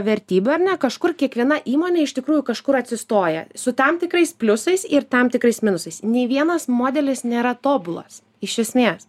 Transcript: vertybių ar ne kažkur kiekviena įmonė iš tikrųjų kažkur atsistoja su tam tikrais pliusais ir tam tikrais minusais nei vienas modelis nėra tobulas iš esmės